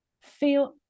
feel